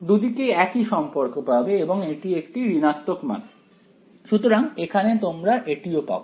দুদিকেই একই সম্পর্ক পাবে এবং এটি একটি ঋণাত্মক মান সুতরাং এখানে তোমরা এটি পাও